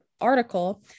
article